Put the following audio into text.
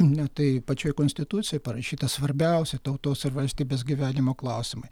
na tai pačioje konstitucijoje parašyta svarbiausi tautos ar valstybės gyvenimo klausimai